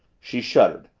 she shuddered,